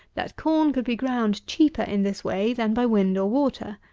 that corn could be ground cheaper in this way than by wind or water,